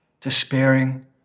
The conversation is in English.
despairing